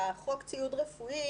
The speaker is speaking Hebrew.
חוק ציוד רפואי,